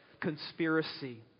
conspiracy